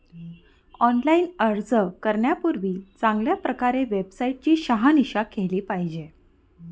online अर्ज करण्यापूर्वी चांगल्या प्रकारे वेबसाईट ची शहानिशा केली पाहिजे